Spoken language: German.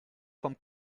vom